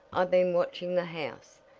i've been watching the house,